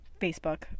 Facebook